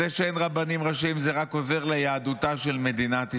זה שאין רבנים ראשיים זה רק עוזר ליהדותה של מדינת ישראל.